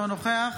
אינו נוכח